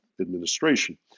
administration